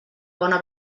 bona